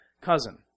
cousin